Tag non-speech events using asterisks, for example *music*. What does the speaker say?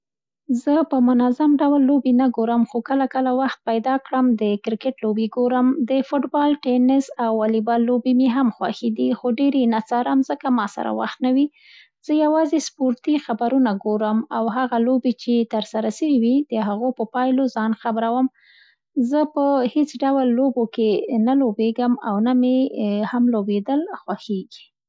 زه په منظم ډول لوبې نه ګورم خو کله کله وخت پیدا کړم د کریکېټ لوبې ګورم. *noise* د فوټبال، تېنېس او والبیال لوبې مې هم خوښې دي خو ډېر یې نه څارم ځکه ماسره ډېر وخت نه وي. زه یوازې سپورتي خبرونه ګورم او هغه لوبې چي ترسره سوي د هغو په پایلو ځان خبروم. زه په هېڅ ډول لوبو کې نه لوبېږم او نه مې هم لوبېدل خوښېږي.